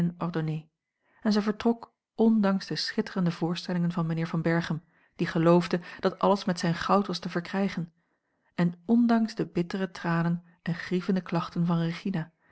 en zij vertrok ondanks de schitterende voorstellingen van mijnheer van berchem die a l g bosboom-toussaint langs een omweg geloofde dat alles met zijn goud was te verkrijgen en ondanks de bittere tranen en grievende klachten van regina